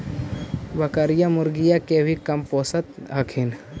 बकरीया, मुर्गीया के भी कमपोसत हखिन?